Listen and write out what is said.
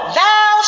thou